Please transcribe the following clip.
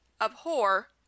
abhor